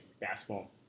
basketball